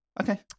Okay